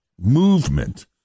movement